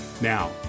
Now